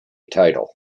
title